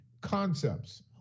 concepts